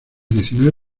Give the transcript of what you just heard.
diecinueve